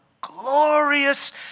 glorious